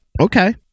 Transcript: Okay